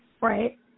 right